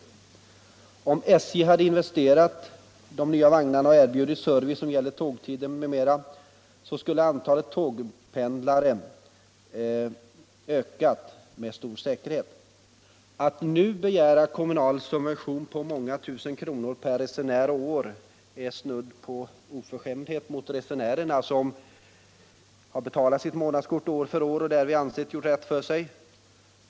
Om SJ hade investerat i nya vagnar och erbjudit service vad gäller tågtider m.m., skulle antalet tågpendlare med stor säkerhet ha ökat. Att nu begära en kommunal subvention på många tusen kronor per resenär och år är snudd på oförskämdhet mot resenärerna, som har betalat sitt månadskort år för år och därmed gjort rätt för sig.